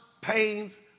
pains